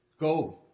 Go